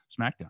smackdown